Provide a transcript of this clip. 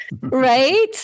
right